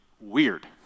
weird